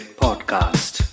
podcast